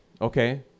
Okay